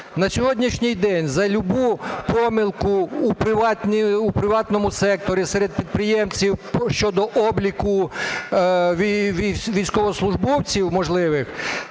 На сьогоднішній день за любу помилку у приватному секторі серед підприємців щодо обліку військовослужбовців можливих